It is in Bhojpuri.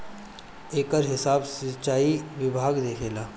एकर हिसाब सिंचाई विभाग देखेला